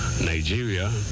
Nigeria